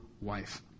wife